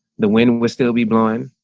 the wind would still be blind.